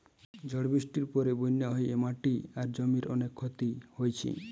ঝড় বৃষ্টির পরে বন্যা হয়ে মাটি আর জমির অনেক ক্ষতি হইছে